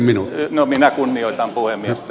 no minä kunnioitan puhemiestä